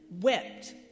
wept